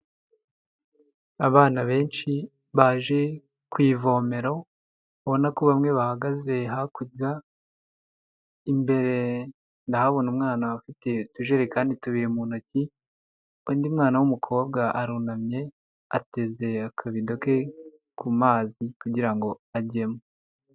Abana benshi baje ku ivomero ubona ko bamwe bahagaze hakurya, imbere ndahabona umwana ufite utujerekani tubiri mu ntoki, undi mwana w'umukobwa arunamye ateze akabido ke ku mazi kugira ngo ajyemo.